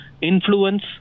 influence